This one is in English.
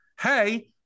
Hey